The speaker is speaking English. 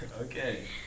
Okay